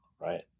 right